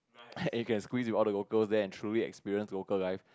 and you can squeeze with all the locals there and truly experience local life